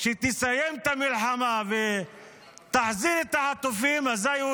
שתסיים את המלחמה ותחזיר את החטופים, אזי הוא